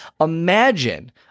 Imagine